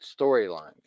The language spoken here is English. storyline